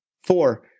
Four